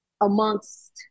amongst